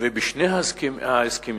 ובשני ההסכמים,